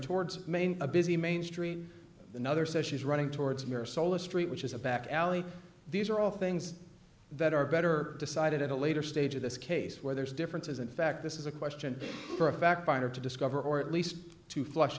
towards main a busy main street another says she's running towards mayor solis street which is a back alley these are all things that are better decided at a later stage of this case where there's differences in fact this is a question for a fact finder to discover or at least to flush